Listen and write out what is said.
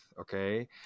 okay